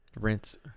rinse